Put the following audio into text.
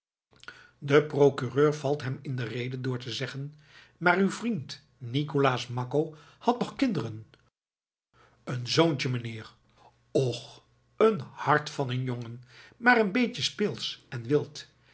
de procureur valt hem in de rede door te zeggen maar uw vriend nicolaas makko had toch kinderen een zoontje meneer och een hart van een jongen maar een beetje speelsch en wild